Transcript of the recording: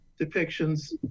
depictions